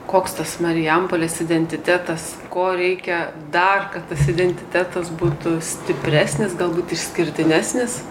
koks tas marijampolės identitetas ko reikia dar kad tas identitetas būtų stipresnis galbūt išskirtinesnis